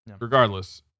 regardless